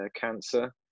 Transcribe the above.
cancer